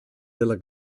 della